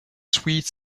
sweet